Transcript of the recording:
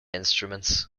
instruments